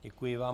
Děkuji vám.